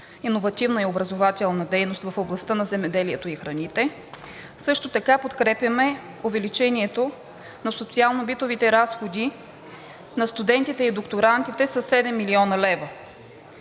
иновативна и образователна дейност в областта на земеделието и храните. Също така подкрепяме увеличението на социално-битовите разходи на студентите и докторантите със 7 млн. лв.